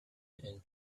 and